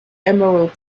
emerald